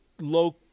low